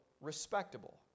respectable